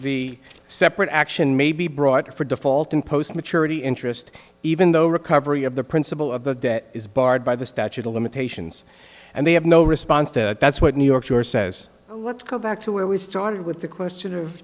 the separate action may be brought for default in post maturity interest even though recovery of the prince of but that is barred by the statute of limitations and they have no response to that's what new york george says let's go back to where we started with the question of